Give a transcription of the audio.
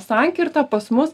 sankirta pas mus